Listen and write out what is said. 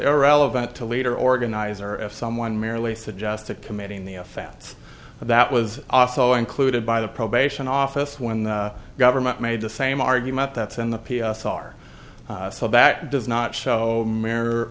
irrelevant to later organizer if someone merely suggested committing the offense that was also a included by the probation office when the government made the same argument that's in the p s r so that does not show m